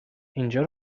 اینجا